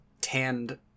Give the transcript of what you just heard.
tanned